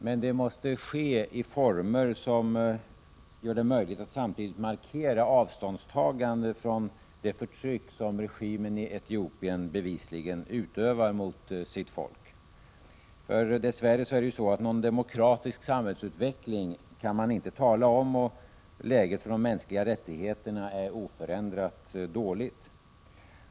Men det måste ske i former som gör det möjligt att samtidigt markera avståndstagande från det förtryck som regimen i Etiopien bevisligen utövar mot sitt folk. Dess värre kan man inte tala om någon demokratisk samhällsutveckling, och läget för de mänskliga rättigheterna är oförändrat dåligt.